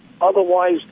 Otherwise